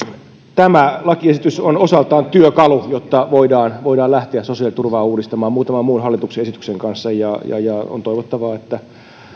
tämä lakiesitys on osaltaan työkalu jotta voidaan voidaan lähteä sosiaaliturvaa uudistamaan muutaman muun hallituksen esityksen kanssa ja ja on toivottavaa että